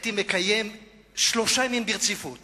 הייתי מקיים שלושה ימים ברציפות